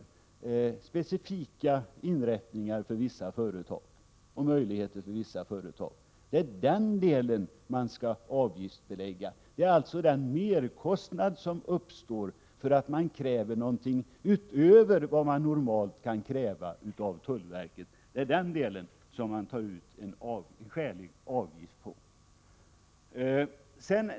Det är specifika inrättningar och möjligheter för vissa företag, och det är den delen man skall avgiftsbelägga. Det är alltså den merkostnad som uppstår för att man kräver någonting utöver vad man normalt kan begära av tullverket som man skall ta ut en skälig avgift för.